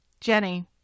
Jenny